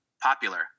popular